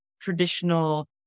traditional